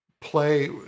play